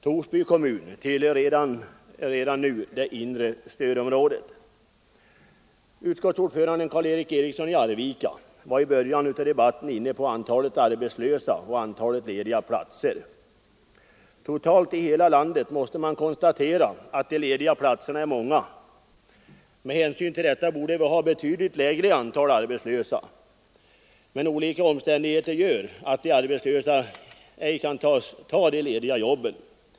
Torsby kommun tillhör redan nu det inre stödområdet. inne på antalet arbetslösa och antalet lediga platser. Totalt sett, dvs. för hela landet, kan man konstatera att de lediga platserna är många. Med hänsyn därtill borde vi ha ett betydligt lägre antal arbetslösa. Men olika omständigheter gör att de arbetslösa ej kan ta de lediga jobben.